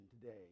today